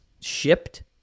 shipped